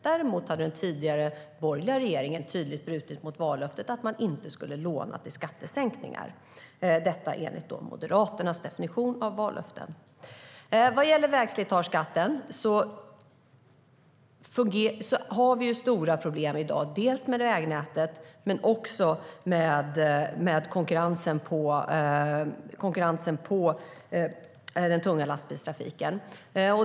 Däremot har den tidigare borgerliga regeringen tydligt brutit vallöftet att man inte skulle låna till skattesänkningar - detta enligt Moderaternas definition av vallöften. När det gäller vägslitageskatten vill jag säga att vi har stora problem i dag - dels med vägnätet, dels med konkurrensen i den tunga lastbilstrafiken.